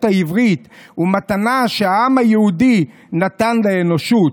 העברית ומתנה שהעם היהודי נתן לאנושות.